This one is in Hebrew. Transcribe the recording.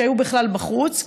שהיו בכלל בחוץ,